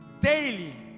daily